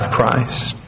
Christ